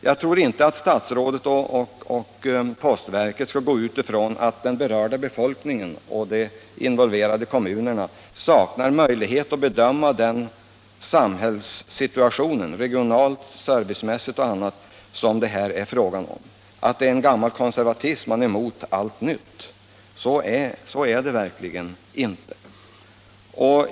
Jag tror inte att statsrådet och postverket skall utgå från att den berörda befolkningen och de involverade kommunerna saknar möjlighet att bedöma den samhällssituation — regionalt, servicemässigt och på annat sätt — som det här är frågan om, att det representerar en gammal konservatism, att de är mot allt nytt. Så är det verkligen inte.